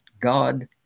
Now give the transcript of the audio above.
God